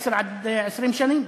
10 20 שנים?